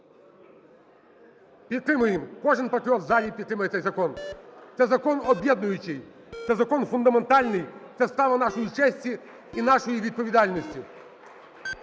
Підтримуємо! Кожен патріот в залі підтримує цей закон. Це закон об'єднуючий, це закон фундаментальний, це справа нашої честі і нашої відповідальності.